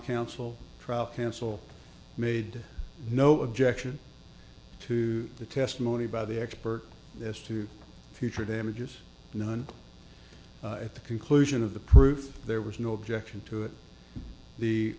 counsel trial counsel made no objection to the testimony by the expert as to future damages none at the conclusion of the proof there was no objection to it the